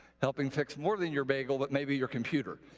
helping fix more than your bagel but maybe your computer